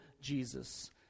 Jesus